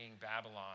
Babylon